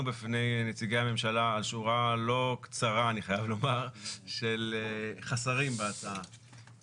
בפני נציגי הממשלה על שורה לא קצרה של חסרים בהצעה,